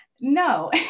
No